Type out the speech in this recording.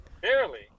Barely